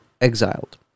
exiled